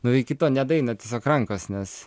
nu iki to nedaeina tiesiog rankos nes